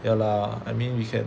ya lah I mean we can